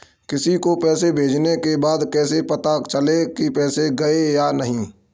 किसी को पैसे भेजने के बाद कैसे पता चलेगा कि पैसे गए या नहीं?